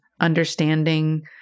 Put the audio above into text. understanding